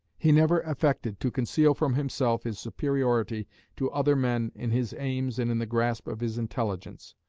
he never affected to conceal from himself his superiority to other men in his aims and in the grasp of his intelligence.